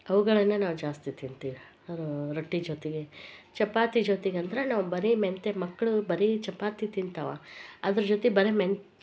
ಅವುಗಳನ್ನ ನಾವು ಜಾಸ್ತಿ ತಿನ್ತೀರ ರೊಟ್ಟಿ ಜೊತೆಗೆ ಚಪಾತಿ ಜೊತೆಗಂದರೆ ನಾವು ಬರೇ ಮೆಂತೆ ಮಕ್ಕಳು ಬರೀ ಚಪಾತಿ ತಿಂತಾವ ಅದ್ರ ಜೊತೆ ಬರೆ ಮೆನ್ ಚಪಾತಿ